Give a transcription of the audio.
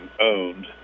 owned